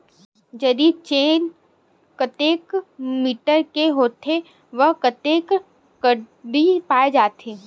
जरीब चेन कतेक मीटर के होथे व कतेक कडी पाए जाथे?